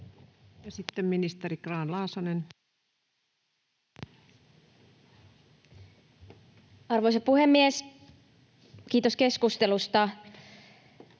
Sitten ministeri Grahn-Laasonen. Arvoisa puhemies! Kiitos eduskunnalle.